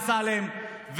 אמסלם,